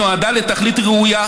נועדה לתכלית ראויה,